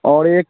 और एक